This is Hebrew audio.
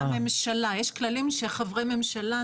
יש כללים שחברי ממשלה,